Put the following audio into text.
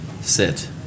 Sit